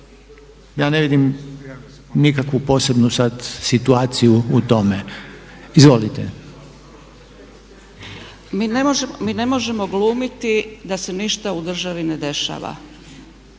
Ja ne vidim nikakvu posebnu sad situaciju u tome. Izvolite. **Zgrebec, Dragica (SDP)** Mi ne možemo glumiti da se ništa u državi ne dešava.